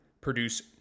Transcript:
produce